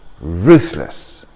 ruthless